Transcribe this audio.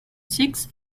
six